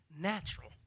natural